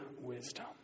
wisdom